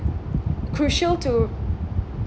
crucial to